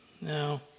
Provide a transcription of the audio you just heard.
no